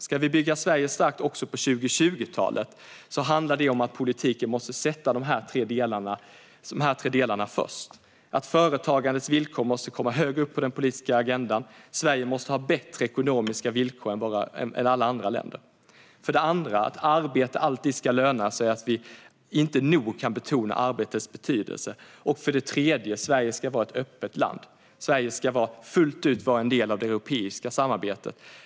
Ska vi bygga Sverige starkt också på 2020-talet handlar det om att politiken måste sätta de tre delarna först. För det första måste företagandets villkor komma högre upp på den politiska agendan, och Sverige måste ha bättre ekonomiska villkor än alla andra länder. För det andra ska arbete alltid löna sig. Vi kan inte nog betona arbetets betydelse. För det tredje ska Sverige vara ett öppet land. Sverige ska fullt ut vara en del av det europeiska samarbetet.